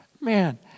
Man